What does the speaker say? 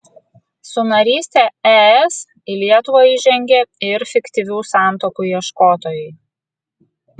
su naryste es į lietuvą įžengė ir fiktyvių santuokų ieškotojai